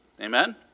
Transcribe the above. amen